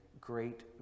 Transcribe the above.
great